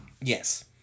Yes